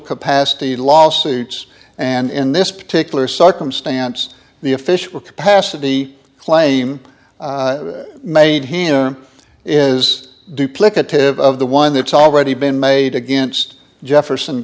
capacity lawsuits and in this particular circumstance the official capacity claim made here is duplicative of the one that's already been made against jefferson